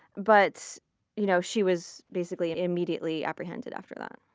but you know she was basically immediately apprehended after that.